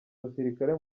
musirikare